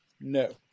No